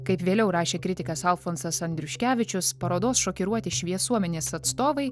kaip vėliau rašė kritikas alfonsas andriuškevičius parodos šokiruoti šviesuomenės atstovai